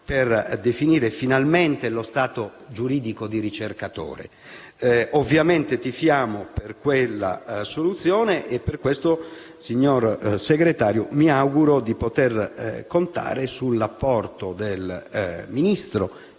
per definire finalmente lo stato giuridico di ricercatore. Ovviamente, tifiamo per questa soluzione e per questo, signor Sottosegretario, mi auguro di poter contare sull'apporto del Ministro